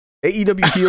AEW